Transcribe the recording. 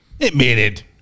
admitted